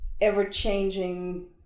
ever-changing